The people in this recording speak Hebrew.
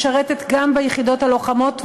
משרתת גם ביחידות הלוחמות,